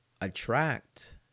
attract